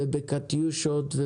ובקטיושות,